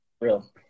Real